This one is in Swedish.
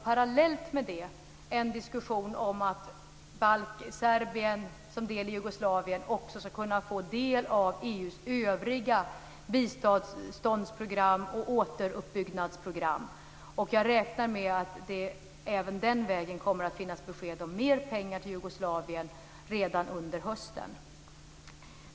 Parallellt med det pågår en diskussion om att Serbien som del i Jugoslavien också ska kunna få del av EU:s övriga biståndsprogram och återuppbyggnadsprogram. Jag räknar med att det även den vägen kommer besked om mer pengar till Jugoslavien redan under hösten.